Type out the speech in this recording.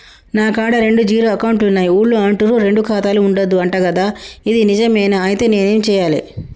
నా కాడా రెండు జీరో అకౌంట్లున్నాయి ఊళ్ళో అంటుర్రు రెండు ఖాతాలు ఉండద్దు అంట గదా ఇది నిజమేనా? ఐతే నేనేం చేయాలే?